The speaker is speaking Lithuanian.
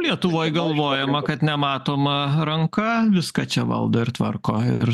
lietuvoj galvojama kad nematoma ranka viską čia valdo ir tvarko ir